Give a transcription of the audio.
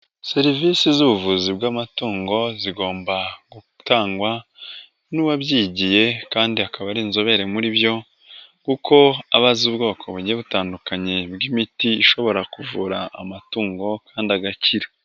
Serivisi z'ubuvuzi bw'amatungo zigomba gutangwa n'uwabyigiye kandi akaba ari inzobere muri byo kuko aba azi ubwoko bugiye butandukanye bw'imiti ishobora kuvura amatungo kandi agakira.